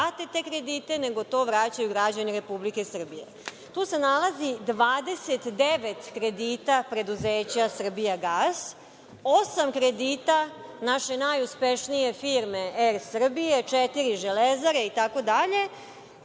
da vrate te kredite nego to vraćaju građani Republike Srbije. Tu se nalazi 29 kredita preduzeća „Srbijagas“, osam kredita naše najuspešnije firme „Er Srbija“, četiri „Železara“ itd.